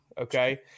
Okay